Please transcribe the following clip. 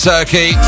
Turkey